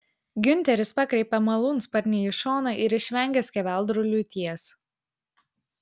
giunteris pakreipė malūnsparnį į šoną ir išvengė skeveldrų liūties